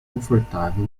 confortável